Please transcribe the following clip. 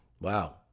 Wow